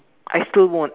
I still won't